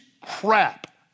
crap